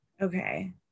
Okay